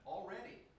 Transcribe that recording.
Already